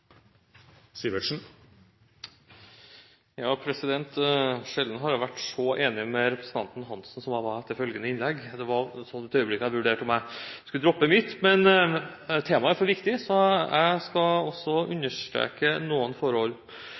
Sjelden har jeg vært så enig med representanten Hansen som jeg var etter dette innlegget, det var et øyeblikk da jeg vurderte om jeg skulle droppe mitt. Men temaet er så viktig, så jeg skal også understreke noen forhold.